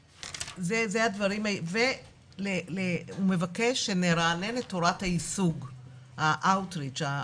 הוא מבקש שנרענן את הוראת האאוט ריצ',